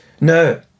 no